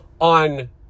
on